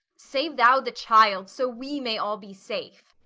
save thou the child, so we may all be safe.